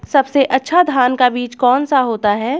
सबसे अच्छा धान का बीज कौन सा होता है?